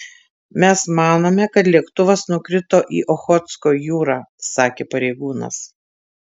mes manome kad lėktuvas nukrito į ochotsko jūrą sakė pareigūnas